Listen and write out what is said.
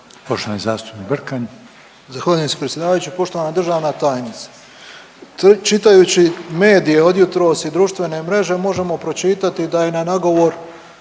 **Brkan, Jure (HDZ)** Zahvaljujem se predsjedavajući. Poštovana državna tajnice. Čitajući medije od jutros i društvene mreže, možemo pročitati da je na nagovor